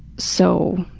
so,